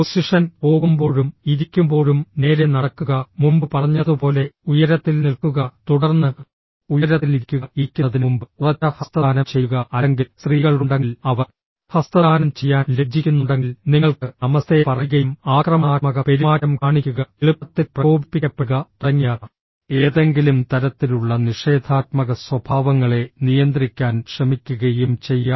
position പോകുമ്പോഴും ഇരിക്കുമ്പോഴും നേരെ നടക്കുക മുമ്പ് പറഞ്ഞതുപോലെ ഉയരത്തിൽ നിൽക്കുക തുടർന്ന് ഉയരത്തിൽ ഇരിക്കുക ഇരിക്കുന്നതിനുമുമ്പ് ഉറച്ച ഹസ്തദാനം ചെയ്യുക അല്ലെങ്കിൽ സ്ത്രീകൾ ഉണ്ടെങ്കിൽ അവർ ഹസ്തദാനം ചെയ്യാൻ ലജ്ജിക്കുന്നുണ്ടെങ്കിൽ നിങ്ങൾക്ക് നമസ്തേ പറയുകയും ആക്രമണാത്മക പെരുമാറ്റം കാണിക്കുക എളുപ്പത്തിൽ പ്രകോപിപ്പിക്കപ്പെടുക തുടങ്ങിയ ഏതെങ്കിലും തരത്തിലുള്ള നിഷേധാത്മക സ്വഭാവങ്ങളെ നിയന്ത്രിക്കാൻ ശ്രമിക്കുകയും ചെയ്യാം